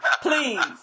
Please